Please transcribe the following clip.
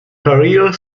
career